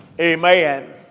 amen